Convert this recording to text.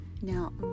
Now